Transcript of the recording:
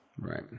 Right